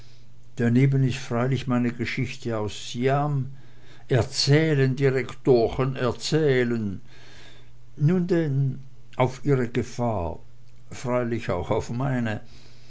daneben ist freilich meine geschichte aus siam erzählen direktorchen erzählen nun denn auf ihre gefahr freilich auch auf meine